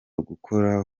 gukora